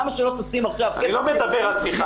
למה שלא תשים עכשיו --- אני לא מדבר על תמיכה.